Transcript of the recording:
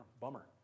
bummer